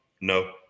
no